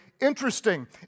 interesting